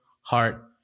heart